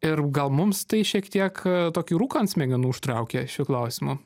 ir gal mums tai šiek tiek tokį rūką ant smegenų užtraukė šiuo klausimu